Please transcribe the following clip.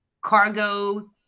cargo